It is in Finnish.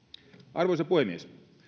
arvoisa puhemies